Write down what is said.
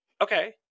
Okay